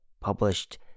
Published